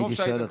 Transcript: טוב שהייתם פה.